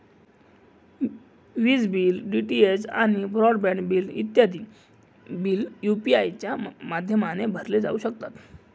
विज bill, DTH आणि broadband bill इत्यादी बिल यू.पी.आय च्या माध्यमाने भरले जाऊ शकतात